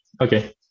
okay